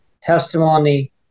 testimony